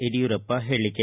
ಯಡಿಯೂರಪ್ಪ ಹೇಳಿಕೆ